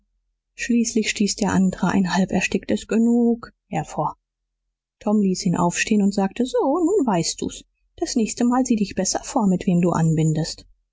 schließlich stieß der andere ein halb ersticktes genug hervor tom ließ ihn aufstehen und sagte so nun weißt du's das nächste mal sieh dich besser vor mit wem du anbindest